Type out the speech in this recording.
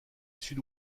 sud